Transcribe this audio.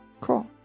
Cool